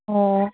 ꯑꯣ